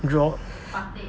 draw